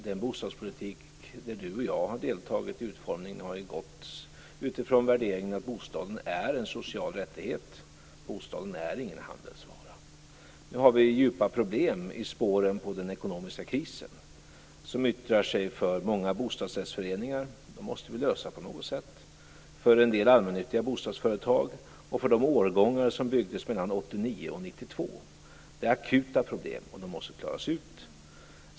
Den bostadspolitik som Lennart Nilsson och jag har deltagit i utformningen av har utgått från värderingen att bostaden är en social rättighet. Bostaden är ingen handelsvara. Nu har vi djupa problem i spåren av den ekonomiska krisen, som yppar sig för många bostadsrättsföreningar. Dem måste vi lösa på något sätt för en del allmännyttiga bostadsföretag och för de årgångar som byggdes mellan 1989 och 1992. Det är akuta problem, och de måste klaras av.